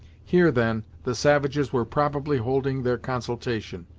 here, then, the savages were probably holding their consultation,